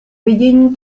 vidění